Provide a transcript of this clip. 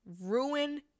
ruin